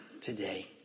today